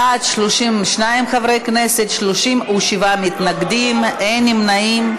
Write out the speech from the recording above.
בעד, 32 חברי כנסת, 37 מתנגדים, אין נמנעים.